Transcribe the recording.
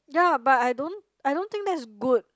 ya but I don't I don't think that is good